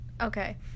okay